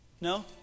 No